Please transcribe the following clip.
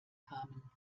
kamen